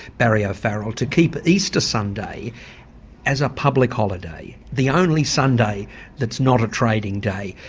barry o'farrell to keep easter sunday as a public holiday, the only sunday that's not a trading day.